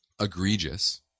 egregious